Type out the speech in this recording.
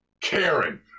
Karen